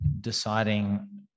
deciding